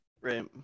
right